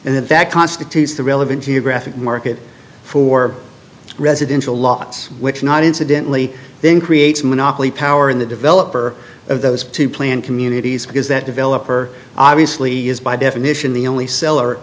and that constitutes the relevant geographic market for residential lots which not incidentally then creates monopoly power in the developer of those two planned communities because that developer obviously is by definition the only seller